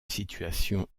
situation